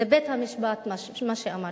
זה בית-המשפט שקבע כך.